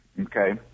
Okay